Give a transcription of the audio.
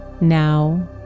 Now